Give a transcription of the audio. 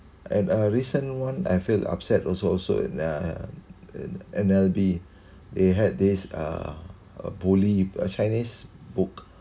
and a recent one I feel upset also also uh in N_L_B they had this uh bully a chinese book